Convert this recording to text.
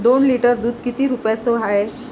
दोन लिटर दुध किती रुप्याचं हाये?